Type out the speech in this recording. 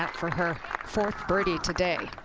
that for her fourth birdie today.